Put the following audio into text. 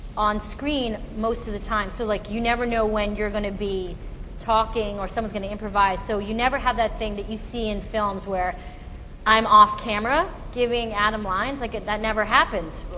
on screen most of the time. so like you never know when you're going to be talking or someone's going to improvise, so you never have that thing that you see in films where i'm off camera giving adam lines, like that never happens.